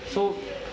so